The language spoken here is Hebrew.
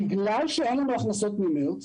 בגלל שאין לנו הכנסות מחודש מרץ